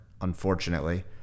unfortunately